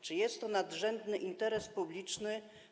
Czy jest to nadrzędny interes publiczny?